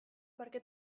parke